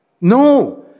No